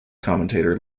commentator